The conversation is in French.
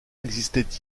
existait